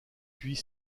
puis